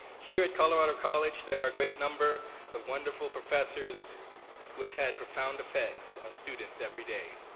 here at colorado college there are a great number of wonderful professors who have had profound effects on students every day.